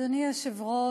אדוני היושב-ראש,